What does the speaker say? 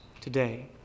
today